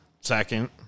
second